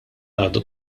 għadu